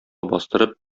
бастырып